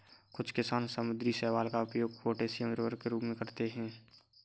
कुछ किसान समुद्री शैवाल का उपयोग पोटेशियम उर्वरकों के रूप में करते हैं